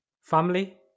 family